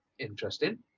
Interesting